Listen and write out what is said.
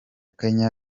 kenya